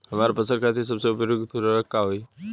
हमार फसल खातिर सबसे उपयुक्त उर्वरक का होई?